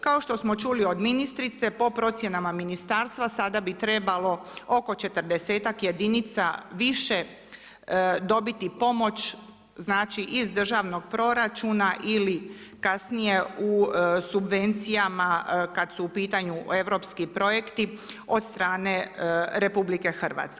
Kao što smo čuli od ministrice, po procjenama ministarstva, sada bi trebalo, oko 40-tak, jedinica više dobiti pomoć, znači iz državnog proračuna, ili kasnije u subvencijama, kad su u pitanju europski projekti, od strane RH.